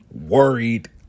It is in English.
worried